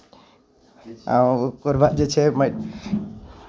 आ ओकर बाद जे छै मै